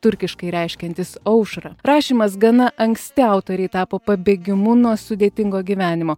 turkiškai reiškiantis aušrą rašymas gana anksti autorei tapo pabėgimu nuo sudėtingo gyvenimo